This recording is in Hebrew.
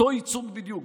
אותו ייצוג בדיוק,